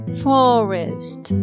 ,forest